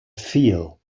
feel